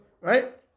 right